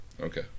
Okay